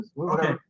Okay